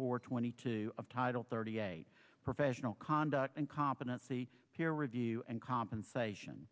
four twenty two of title thirty eight professional conduct and competency here review and compensation